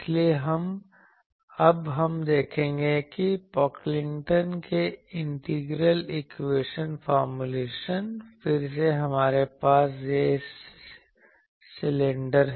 इसलिए अब हम देखेंगे कि पॉकलिंगटन के इंटीग्रल इक्वेशन फॉर्मूलेशन फिर से हमारे पास वह सिलेंडर है